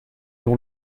non